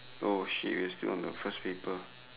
oh shit we're still on the first paper